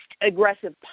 aggressive